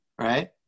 right